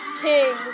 King